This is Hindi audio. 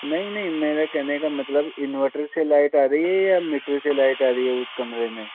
नहीं नहीं मेरे कहने का मतलब इन्वर्टर से लाइट आ रही है या मीटर से लाइट आ रही है उस कमरे में